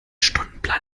stundenplan